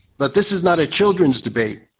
but this is not a children's debate.